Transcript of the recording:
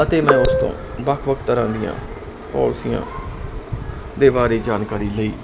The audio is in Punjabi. ਅਤੇ ਮੈਂ ਉਸ ਤੋਂ ਵੱਖ ਵੱਖ ਤਰ੍ਹਾਂ ਦੀਆਂ ਪੋਲਸੀਆਂ ਦੇ ਬਾਰੇ ਜਾਣਕਾਰੀ ਲਈ